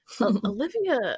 Olivia